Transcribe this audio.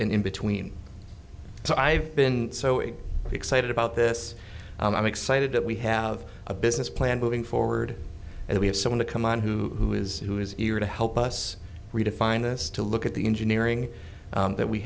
and in between so i've been so excited about this and i'm excited that we have a business plan moving forward and we have someone to come on who is who is here to help us redefine this to look at the engineering that we